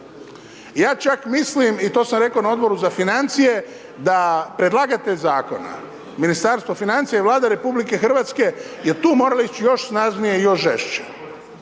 Ja čak mislim i to sam rekao na Odboru za financije da predlagatelj zakona, Ministarstvo financija i Vlada RH je tu morala ići još snažnije i još žešće